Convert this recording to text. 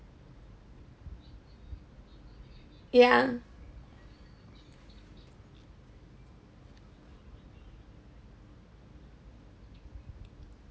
yeah